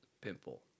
pimple